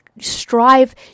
strive